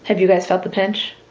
and you guys felt the pinch?